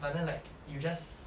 but then like you just